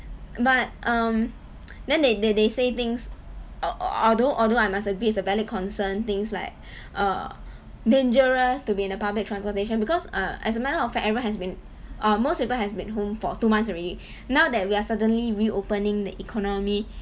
but um then they they they say things although although I must agree it's a valid concern things like err dangerous to be in a public transportation because uh as a matter of fact everyone has been err most people has been home for two months already now that we are suddenly reopening the economy